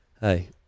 hey